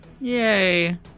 Yay